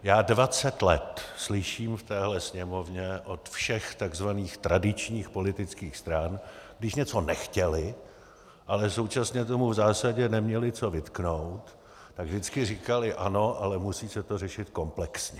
Já dvacet let slyším v téhle Sněmovně od všech takzvaných tradičních politických stran, když něco nechtěly, ale současně tomu v zásadě neměly co vytknout, tak vždycky říkaly ano, ale musí se to řešit komplexně.